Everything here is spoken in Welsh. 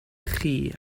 chi